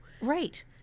right